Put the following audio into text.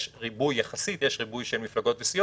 כי יש יחסית ריבוי של מפלגות וסיעות.